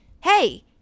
hey